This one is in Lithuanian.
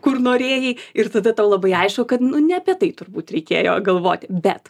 kur norėjai ir tada tau labai aišku kad ne apie tai turbūt reikėjo galvoti bet